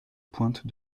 pointe